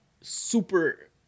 Super